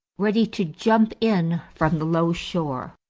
ready to jump in from the low shore,